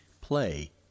play